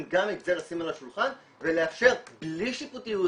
גם את זה לשים על השולחן ולאפשר בלי שיפוטיות,